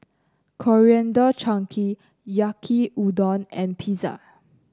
Coriander Chutney Yaki Udon and Pizza